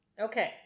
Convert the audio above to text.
Okay